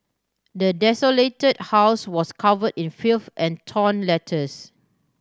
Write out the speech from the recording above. the desolated house was cover in filth and torn letters